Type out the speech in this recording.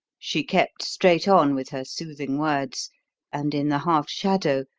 she kept straight on with her soothing words and, in the half-shadow,